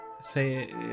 say